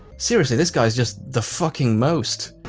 seriously, this guy is just the fucking most.